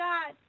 God